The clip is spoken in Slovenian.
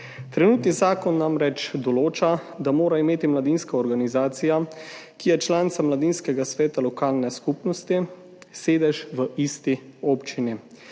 Trenutni zakon namreč določa, da mora imeti mladinska organizacija, ki je članica mladinskega sveta lokalne skupnosti, sedež v isti občini.